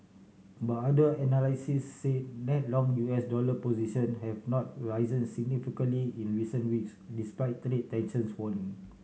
but other analysts say net long U S dollar position have not risen significantly in recent weeks despite trade tensions waning